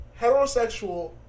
heterosexual